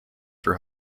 her